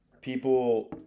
people